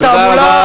תודה רבה,